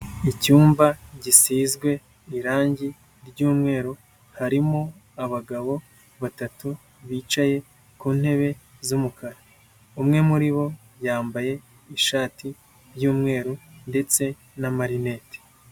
Icyumba gisizwe irangi ry'umweru, harimo abagabo batatu bicaye ku ntebe z'umukara. Umwe muri bo yambaye ishati y'umweru ndetse n'amarinete.